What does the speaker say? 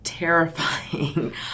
Terrifying